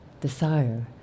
desire